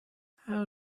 how